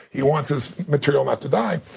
he wants his material not to die,